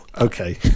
okay